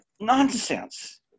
nonsense